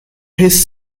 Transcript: his